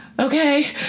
okay